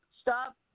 stop